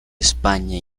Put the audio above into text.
españa